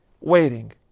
waiting